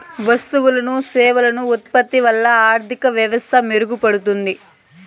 వస్తువులు సేవలు ఉత్పత్తి వల్ల ఆర్థిక వ్యవస్థ మెరుగుపడుతుంది